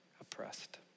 oppressed